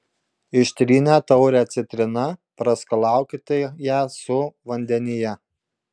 ištrynę taurę citrina praskalaukite ją su vandenyje